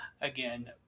Again